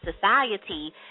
society